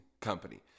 Company